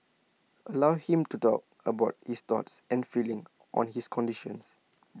allow him to talk about his thoughts and feelings on his condition